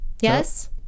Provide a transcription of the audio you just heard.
Yes